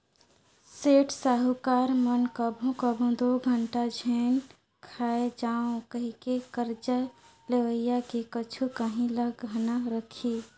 सेठ, साहूकार मन कभों कभों दो घाटा झेइन खाए जांव कहिके करजा लेवइया के कुछु काहीं ल गहना रखहीं